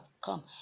come